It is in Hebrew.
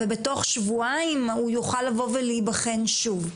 ובתוך שבועיים הוא יוכל לבוא ולהיבחן שוב.